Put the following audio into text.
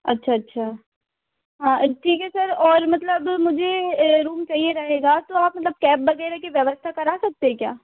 अच्छा अच्छा हाँ ठीक है सर और मतलब मुझे रूम चाहिए रहेगा तो आप मतलब कैब वगैरह की व्यवस्था करा सकते हैं क्या